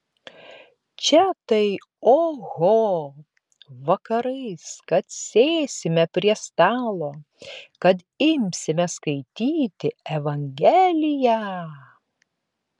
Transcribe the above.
čia tai oho vakarais kad sėsime prie stalo kad imsime skaityti evangeliją